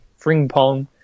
Fringpong